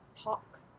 talk